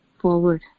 forward